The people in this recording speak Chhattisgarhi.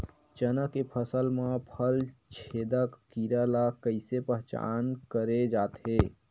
चना के फसल म फल छेदक कीरा ल कइसे पहचान करे जाथे?